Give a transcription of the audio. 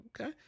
Okay